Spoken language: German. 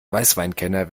weißweinkenner